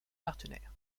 partenaires